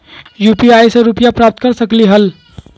UPI से रुपए प्राप्त कर सकलीहल?